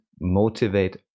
motivate